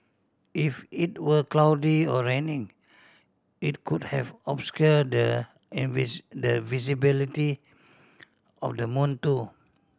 if it were cloudy or raining it could have obscured the visibility of the moon too